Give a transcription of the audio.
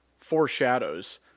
foreshadows